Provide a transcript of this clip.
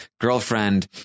girlfriend